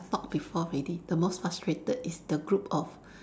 I talk before already the most frustrated is the group of